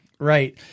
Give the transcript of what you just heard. Right